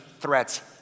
threats